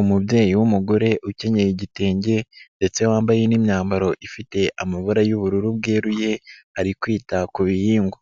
Umubyeyi w'umugore ukenyeye igitenge ndetse wambaye n'imyambaro ifite amabara y'ubururu bweruye ari kwita ku bihingwa,